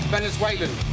Venezuelan